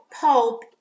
Pulp